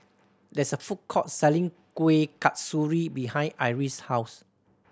there's a food court selling Kueh Kasturi behind Iris' house